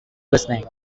listening